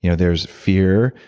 you know there's fear.